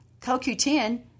CoQ10